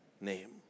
name